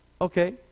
Okay